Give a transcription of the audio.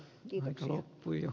arvoisa puhemies